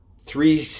three